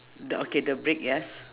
the okay the brick yes